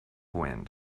wind